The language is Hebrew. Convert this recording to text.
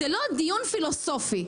זה לא דיון פילוסופי,